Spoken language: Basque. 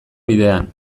bidean